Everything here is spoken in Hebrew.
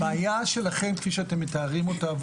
הבעיה שלכם כפי שאתם מתארים אותה,